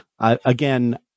Again